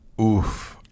Oof